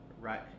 Right